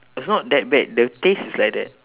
it's not that bad the taste is like that